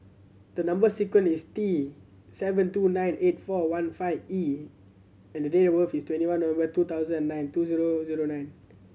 the number sequence is T seven two nine eight four one five E and the day of is twenty one November two thousand and nine two zero zero nine